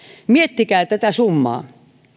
miettikää tätä summaa